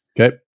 Okay